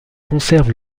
conservent